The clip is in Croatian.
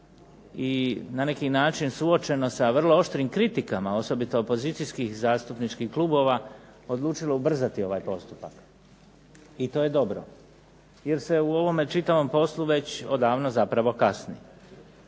i na neki način suočeno sa vrlo oštrim kritikama, osobito opozicijskih i zastupničkih klubova odlučilo ubrzati ovaj postupak i to je dobro. Jer se u ovome čitavom poslu već odavno zapravo kasni.